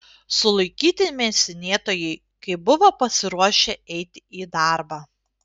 sulaikyti mėsinėtojai kai buvo pasiruošę eiti į darbą